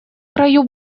краю